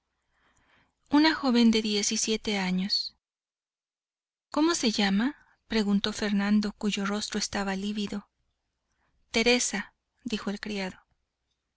una joven de diez y siete años cómo se llama preguntó fernando cuyo rostro estaba lívido teresa dijo el criado